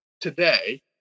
today